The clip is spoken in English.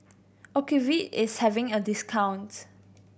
Ocuvite is having a discount